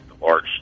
large